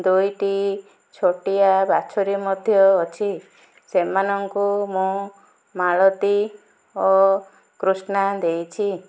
ଦୁଇଟି ଛୋଟିଆ ବାଛୁରୀ ମଧ୍ୟ ଅଛି ସେମାନଙ୍କୁ ମୁଁ ମାଳତୀ ଓ କୃଷ୍ଣା ଦେଇଛି